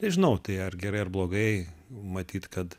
nežinau tai ar gerai ar blogai matyt kad